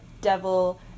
devil